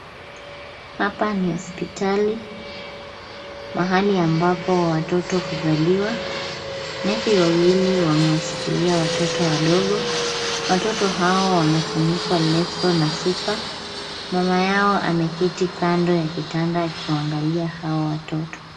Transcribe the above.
Hapa ni hospitali mahali ambapo watoto huzaliwa. Nurse wawili wamewashikilia watoto wadogo. Watoto hao wamefunikwa leso na shuka. Mama yao ameketi kando ya kitanda akiwaangalia hao watoto.